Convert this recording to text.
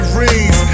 rings